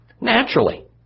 Naturally